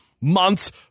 months